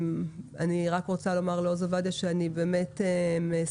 אני רק רוצה לומר לעוז עובדיה שאני באמת אעשה